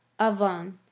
Avon